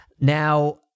Now